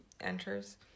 enters